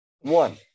One